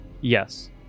Yes